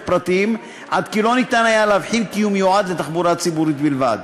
פרטיים עד כי לא ניתן להבחין שהוא מיועד לתחבורה ציבורית בלבד.